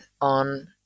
on